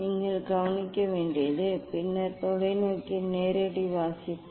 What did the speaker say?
நீங்கள் கவனிக்க வேண்டியது பின்னர் தொலைநோக்கியின் நேரடி வாசிப்பு